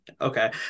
okay